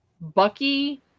Bucky